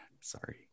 sorry